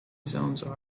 zones